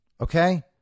okay